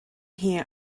here